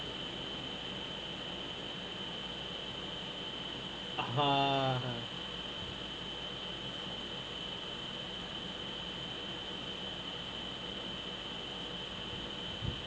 (uh huh)